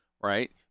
right